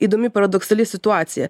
įdomi paradoksali situacija